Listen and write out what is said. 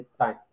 time